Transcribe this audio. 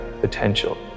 potential